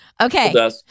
Okay